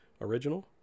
original